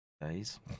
days